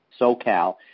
SoCal